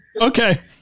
Okay